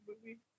movie